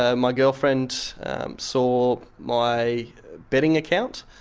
ah my girlfriend saw my betting account,